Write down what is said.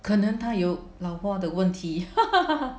可能他有老花的问题